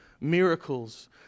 miracles